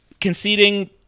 conceding